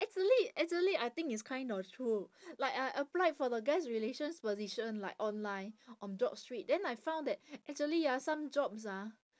actually actually I think it's kind of true like I applied for the guest relations position like online on JobStreet then I found that actually ah some jobs ah